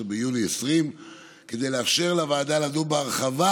16 ביוני 2020. כדי לאפשר לוועדה לדון בהרחבה